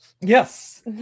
yes